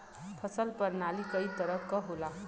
फसल परनाली कई तरह क होला